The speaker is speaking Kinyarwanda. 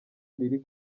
riri